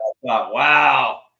wow